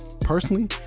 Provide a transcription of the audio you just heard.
Personally